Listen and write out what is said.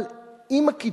אבל, עם הקטרוג